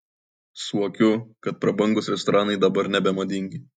suokiu kad prabangūs restoranai dabar nebemadingi